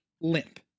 limp